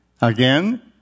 Again